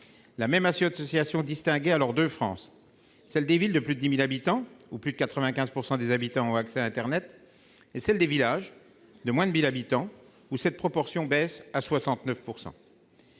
La même association distinguait alors deux France : celle des villes de plus de 10 000 habitants, où plus de 95 % des habitants ont accès à internet, et celle des villages de moins de 1 000 habitants, où cette proportion baisse à 69 %.